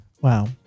Wow